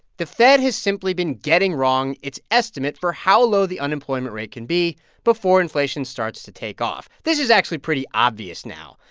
the fed has simply been getting wrong its estimate for how low the unemployment rate can be before inflation starts to take off. this is actually pretty obvious now.